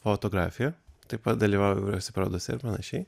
fotografiją taip pat dalyvauju įvairiose parodose ir panašiai